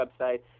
website